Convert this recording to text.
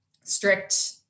strict